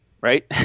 right